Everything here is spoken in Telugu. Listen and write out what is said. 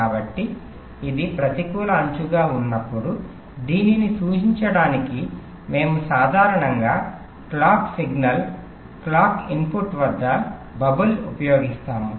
కాబట్టి ఇది ప్రతికూల అంచుగా ఉన్నప్పుడు దీనిని సూచించడానికి మనము సాధారణంగా క్లాక్ సిగ్నల్ క్లాక్ ఇన్పుట్ వద్ద బబుల్ ఉపయోగిస్తాము